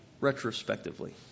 retrospectively